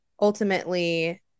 ultimately